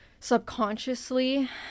subconsciously